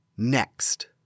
Next